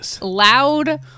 loud